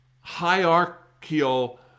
hierarchical